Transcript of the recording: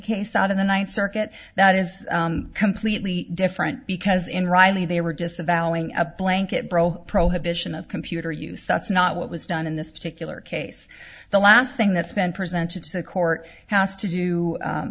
case out in the ninth circuit that is completely different because in riley they were disavowing a blanket bro prohibiting of computer use that's not what was done in this particular case the last thing that's been presented to the court house to do